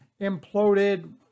imploded